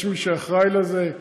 יש מי שאחראי לזה.